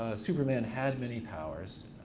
ah superman had many powers.